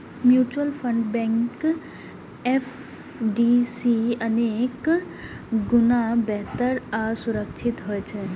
mutual fund bank FD सं अनेक गुणा बेहतर आ सुरक्षित होइ छै